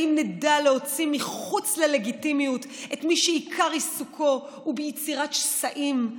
האם נדע להוציא מחוץ ללגיטימיות את מי שעיקר עיסוקו הוא ביצירת שסעים,